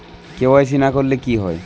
KYC না করলে কি হয়?